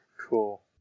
Cool